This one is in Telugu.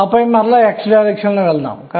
ఆపై మీరు ఈ బాణం ప్రకారం వాటిని పూరించండి